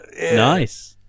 Nice